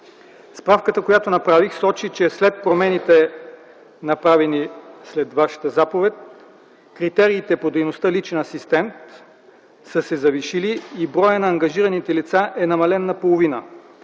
Справката, която направих, сочи, че с направените промени след Вашата заповед критериите по дейността „личен асистент” са се завишили и броят на ангажираните лица е намален наполовина.